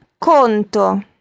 conto